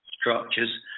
structures